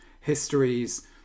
histories